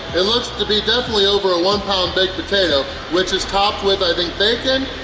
it looks to be definitely over a one-pound baked potato, which is topped with, i think bacon,